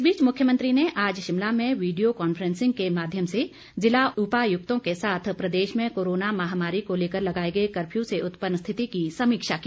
इस बीच मुख्यमंत्री ने आज शिमला में वीडियो कॉनफ्रेंसिंग के माध्यम से ज़िला उपायुक्तों के साथ प्रदेश में कोरोना महामारी को लेकर लगाए गए कर्फ्यू से उत्पन्न स्थिति की समीक्षा की